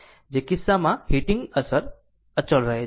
જે કિસ્સામાં હીટિંગ અસર અચળ રહે છે